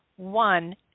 one